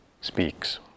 speaks